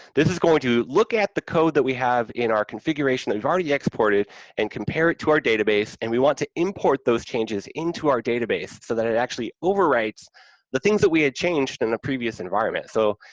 this is going to look at the code that we have in our configuration that we've already exported and compare it to our database, and we want to import those changes into our database, so that it actually overwrites the things that we had changed in the previous environment. so,